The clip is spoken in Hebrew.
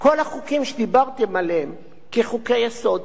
כל החוקים שדיברתם עליהם כחוקי-יסוד